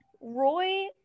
Roy